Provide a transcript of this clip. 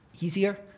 easier